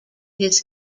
his